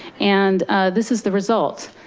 and this is the result.